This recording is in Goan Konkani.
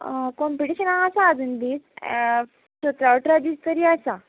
कॉम्पिटिशनाक आसा आजून दीस सतरा अठरा दीस तरी आसा